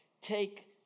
take